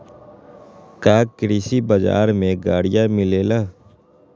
का कृषि बजार में गड़ियो मिलेला?